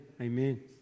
Amen